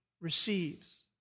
receives